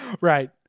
Right